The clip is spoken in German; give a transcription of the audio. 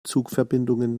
zugverbindungen